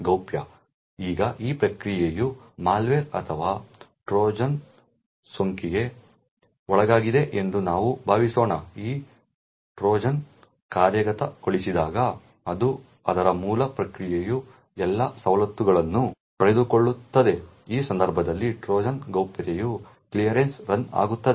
ಗೌಪ್ಯ ಈಗ ಈ ಪ್ರಕ್ರಿಯೆಯು ಮಾಲ್ವೇರ್ ಅಥವಾ ಟ್ರೋಜನ್ನಿಂದ ಸೋಂಕಿಗೆ ಒಳಗಾಗಿದೆ ಎಂದು ನಾವು ಭಾವಿಸೋಣ ಈ ಟ್ರೋಜನ್ ಕಾರ್ಯಗತಗೊಳಿಸಿದಾಗ ಅದು ಅದರ ಮೂಲ ಪ್ರಕ್ರಿಯೆಯ ಎಲ್ಲಾ ಸವಲತ್ತುಗಳನ್ನು ಪಡೆದುಕೊಳ್ಳುತ್ತದೆ ಈ ಸಂದರ್ಭದಲ್ಲಿ ಟ್ರೋಜನ್ ಗೌಪ್ಯತೆಯ ಕ್ಲಿಯರೆನ್ಸ್ನೊಂದಿಗೆ ರನ್ ಆಗುತ್ತದೆ